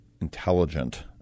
intelligent